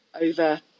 over